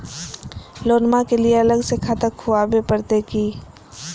लोनमा के लिए अलग से खाता खुवाबे प्रतय की?